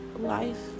life